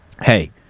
Hey